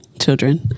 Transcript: children